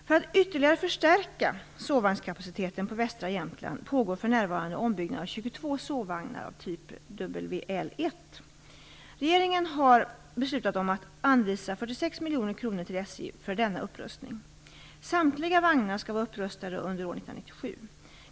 För att ytterligare förstärka sovvagnskapaciteten på västra Jämtland pågår för närvarande ombyggnad av 22 sovvagnar av typ WL1. Regeringen har beslutat om att anvisa 46 miljoner kronor till SJ för denna upprustning. Samtliga vagnar skall vara upprustade under år 1997.